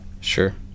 Sure